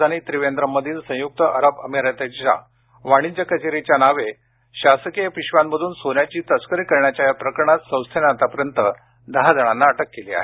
राजधानी त्रिवेंद्रममधील संयुक्त अरब अमिरातीच्या वाणिज्य कचेरीच्या नावे शासकीय पिशव्यांमधून सोन्याची तस्करी करण्याच्या या प्रकरणात संस्थेनं आतापर्यंत दहा जणांना अटक केली आहे